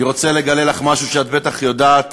אני רוצה לגלות לך משהו שאת בטח יודעת.